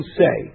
say